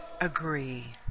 agree